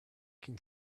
can